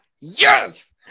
Yes